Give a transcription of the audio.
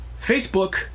Facebook